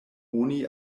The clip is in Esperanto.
oni